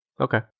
okay